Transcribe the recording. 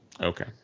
okay